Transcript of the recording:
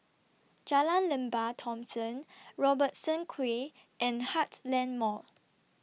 Jalan Lembah Thomson Robertson Quay and Heartland Mall